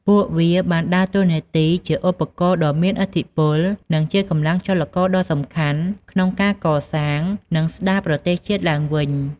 ពួកវាបានដើរតួនាទីជា ឧបករណ៍ដ៏មានឥទ្ធិពល និងជាកម្លាំងចលករដ៏សំខាន់ក្នុងការកសាង និងស្ដារប្រទេសជាតិឡើងវិញ។